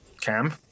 Cam